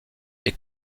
est